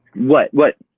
what, what?